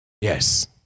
Yes